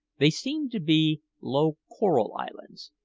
they seemed to be low coral islands,